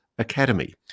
Academy